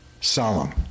Solemn